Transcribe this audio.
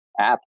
app